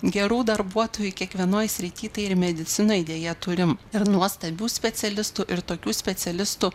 gerų darbuotojų kiekvienoj srity tai ir medicinoj deja turim ir nuostabių specialistų ir tokių specialistų